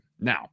Now